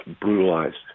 brutalized